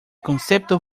concepto